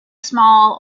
small